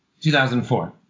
2004